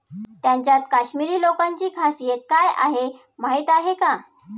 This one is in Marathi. त्यांच्यात काश्मिरी लोकांची खासियत काय आहे माहीत आहे का?